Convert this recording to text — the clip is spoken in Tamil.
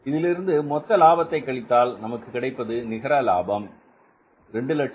இதிலிருந்து மொத்த லாபத்தை கழித்தால் நமக்கு கிடைப்பது நிகர லாபம் 264375